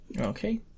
Okay